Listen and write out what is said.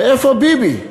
ואיפה ביבי?